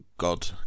god